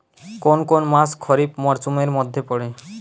কোন কোন মাস খরিফ মরসুমের মধ্যে পড়ে?